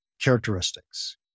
characteristics